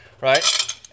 right